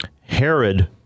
Herod